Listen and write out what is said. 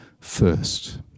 first